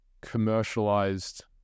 commercialized